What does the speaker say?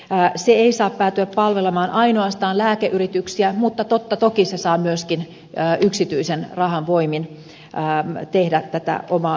se ei saa päätyä palvelemaan ainoastaan lääkeyrityksiä mutta totta toki se saa myöskin yksityisen rahan voimin tehdä tätä omaa biopankitustaan